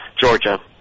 Georgia